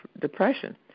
Depression